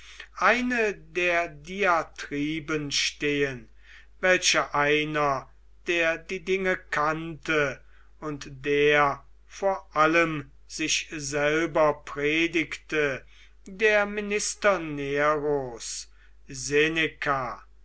eine der diatriben stehen welche einer der die dinge kannte und der vor allem sich selber predigte der minister neros